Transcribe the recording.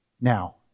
now